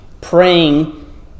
praying